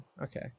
Okay